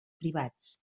privats